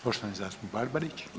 Poštovani zastupnik Barbarić.